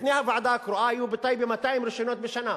לפני הוועדה הקרואה היו בטייבה 200 רשיונות בשנה,